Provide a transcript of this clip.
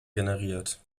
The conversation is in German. generiert